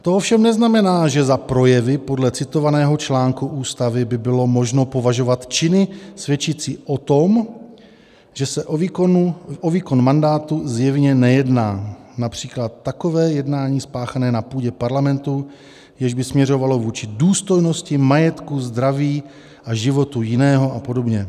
To ovšem neznamená, že za projevy podle citovaného článku Ústavy by bylo možno považovat činy svědčící o tom, že se o výkon mandátu zjevně nejedná, například takové jednání spáchané na půdě Parlamentu, jež by směřovalo vůči důstojnosti, majetku, zdraví a životu jiného a podobně.